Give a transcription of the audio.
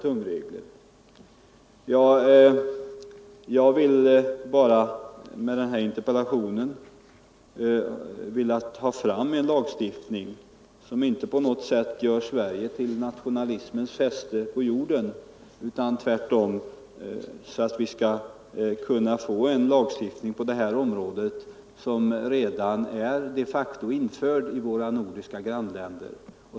Jag har med min interpellation velat framhålla vikten av en lagstiftning på detta område. Därmed har jag inte syftat till att på något sätt göra Sverige till nationalismens fäste på jorden. Tvärtom är det fråga om en lagstiftning på området som redan finns de facto i våra nordiska grannländer.